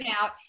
out